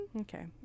Okay